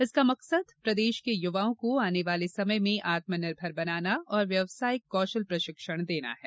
इसका मकसद प्रदेश के युवाओं को आने वाले समय में आत्मनिर्भर बनाना और व्यवसायिक कौशल प्रशिक्षण देना है